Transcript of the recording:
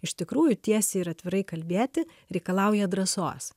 iš tikrųjų tiesiai ir atvirai kalbėti reikalauja drąsos